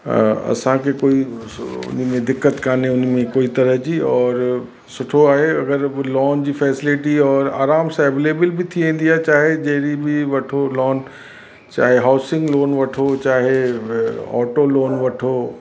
असांखे कोई उन्ही में दिक़त काने उन्हीअ में कोई तरह जी और सुठो आहे अगरि लोन जी फ़ेसिलिटी और आराम सां एवेलेबिल बि थी वेंदी आहे चाहे जहिड़ी बि वठो लोन चाहे हाउसिंग लोन वठो चाहे ऑटो लोन वठो